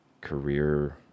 career